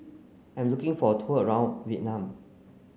I'm looking for a tour around Vietnam